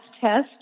test